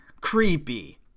creepy